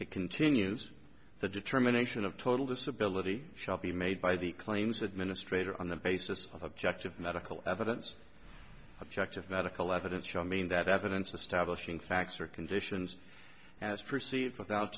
it continues the determination of total disability shall be made by the claims administrator on the basis of objective medical evidence objective medical evidence showing that evidence establishing facts or conditions as perceived without